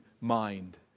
mind